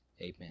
Amen